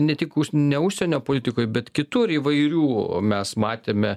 ne tik ne užsienio politikoj bet kitur įvairių mes matėme